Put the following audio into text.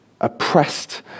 oppressed